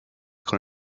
con